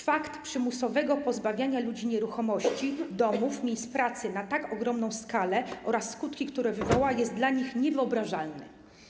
Fakt przymusowego pozbawiania ludzi nieruchomości, domów, miejsc pracy na tak ogromną skalę oraz skutki, które on wywoła, są dla nich niewyobrażalne.